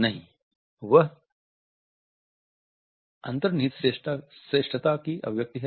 नहीं वह अन्तर्निहित श्रेष्ठता की अभिव्यक्ति है